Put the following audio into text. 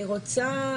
אני רוצה